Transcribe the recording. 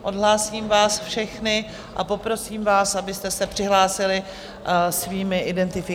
Odhlásím vás všechny a poprosím vás, abyste se přihlásili svými identifikačními...